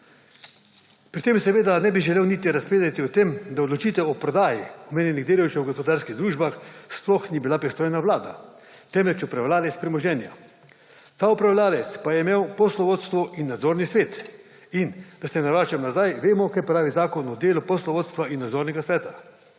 Pri tem seveda ne bi želel niti razpredati o tem, da odločitev o prodaji omenjenih deležev v gospodarskih družbah sploh ni bila pristojna vlada, temveč upravljavec premoženja. Ta upravljavec pa je imel poslovodstvo in nadzorni svet. In, da se ne vračam nazaj, vemo, kaj pravi Zakon o delu poslovodstva in nadzornega sveta.